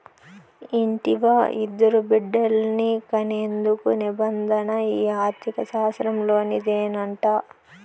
ఇంటివా, ఇద్దరు బిడ్డల్ని కనేందుకు నిబంధన ఈ ఆర్థిక శాస్త్రంలోనిదేనంట